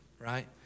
right